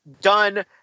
done